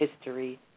history